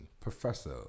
Professor